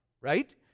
Right